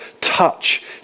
touch